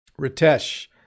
Ritesh